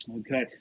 Okay